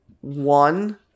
one